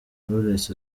knowless